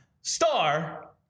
Star